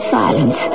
silence